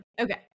Okay